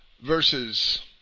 verses